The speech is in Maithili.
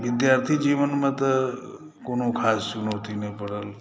विद्यार्थी जीवनमे तऽ कोनो ख़ास चुनौती नहि परल